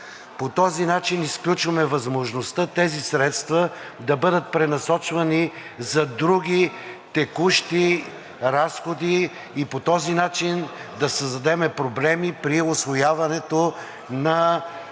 По този начин изключваме възможността тези средства да бъдат пренасочвани за други текущи разходи и по този начин да създадем проблеми при усвояването на програмите